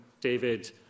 David